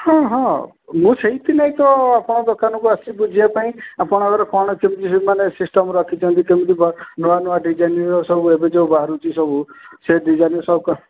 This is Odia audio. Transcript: ହଁ ହଁ ମୁଁ ସେଇଥିଲାଗି ତ ଆପଣଙ୍କ ଦୋକାନକୁ ଆସିଛି ବୁଝିବା ପାଇଁ ଆପଣଙ୍କର କ'ଣ କେମିତି ମାନେ ସିଷ୍ଟମ୍ ରଖିଛନ୍ତି କେମିତି କ'ଣ ନୂଆ ନୂଆ ଡିଜାଇନ୍ର ସବୁ ଏବେ ସବୁ ବାହାରୁଛି ସବୁ ସେ ଡିଜାଇନ୍ ସବୁ